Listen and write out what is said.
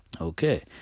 okay